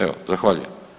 Evo, zahvaljujem.